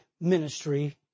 ministry